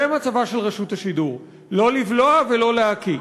זה מצבה של רשות השידור: לא לבלוע ולא להקיא.